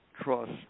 trust